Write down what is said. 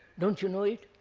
don't you know it?